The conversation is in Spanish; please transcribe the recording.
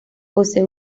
posee